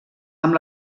amb